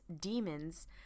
demons